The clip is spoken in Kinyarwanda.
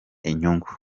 inyungu